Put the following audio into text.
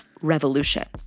revolution